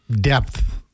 depth